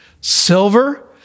silver